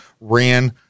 ran